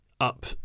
up